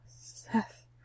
Seth